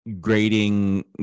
grading